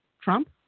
Trump